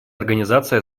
организация